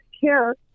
care